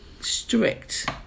strict